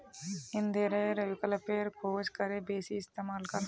इंधनेर विकल्पेर खोज करे बेसी इस्तेमाल कर